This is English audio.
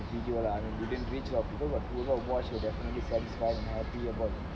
the video lah I mean we didn't reach a lot of people but the people who watch will definitely be satisfied and happy about